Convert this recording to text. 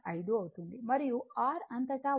5 అవుతుంది మరియు r అంతటా వోల్టేజ్ డ్రాప్ 5